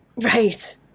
Right